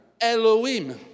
Elohim